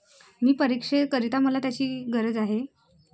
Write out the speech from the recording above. मी परीक्षेकरिता मला त्याची गरज आहे